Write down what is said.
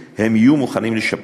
הם יהיו מוכנים לשפץ,